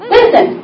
Listen